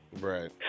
right